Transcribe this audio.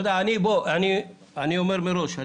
אני אומר מראש,